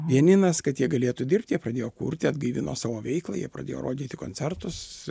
pianinas kad jie galėtų dirbt jie pradėjo kurti atgaivino savo veiklą jie pradėjo rodyti koncertus